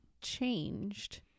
changed